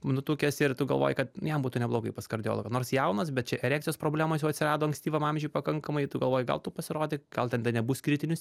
nutukęs ir tu galvoji kad jam būtų neblogai pas kardiologą nors jaunas bet čia erekcijos problemos jau atsirado ankstyvam amžiuj pakankamai tu galvoji gal tu pasirodyk gal ten dar nebus kritinis